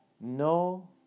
no